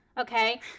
Okay